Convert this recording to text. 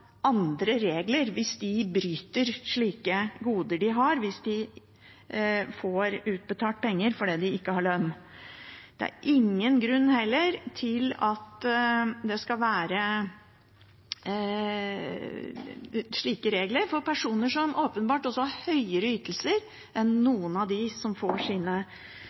andre regler hvis de bryter med goder de har, hvis de får utbetalt penger fordi de ikke har lønn. Det er heller ingen grunn til at det skal være slike regler for personer som også har høyere ytelser enn noen av dem som får